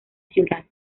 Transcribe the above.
ciudad